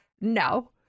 No